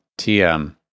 tm